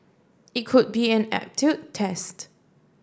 it could be an aptitude test